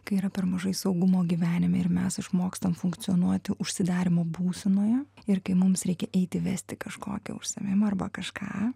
kai yra per mažai saugumo gyvenime ir mes išmokstam funkcionuoti užsidarymo būsenoje ir kai mums reikia eiti vesti kažkokį užsiėmimą arba kažką